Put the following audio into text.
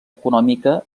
econòmica